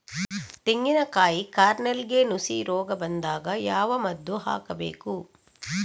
ತೆಂಗಿನ ಕಾಯಿ ಕಾರ್ನೆಲ್ಗೆ ನುಸಿ ರೋಗ ಬಂದಾಗ ಯಾವ ಮದ್ದು ಹಾಕಬೇಕು?